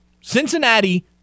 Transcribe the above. Cincinnati